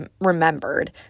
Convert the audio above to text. remembered